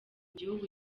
gihugu